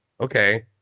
okay